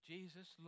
Jesus